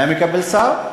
היה מקבל שר.